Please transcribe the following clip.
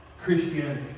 Christianity